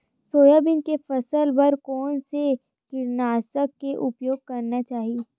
Soybean के फसल बर कोन से कीटनाशक के उपयोग करना चाहि?